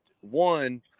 one –